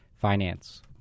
finance